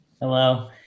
Hello